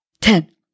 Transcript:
ten